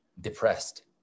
depressed